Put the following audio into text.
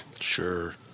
Sure